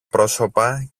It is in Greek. πρόσωπα